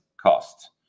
cost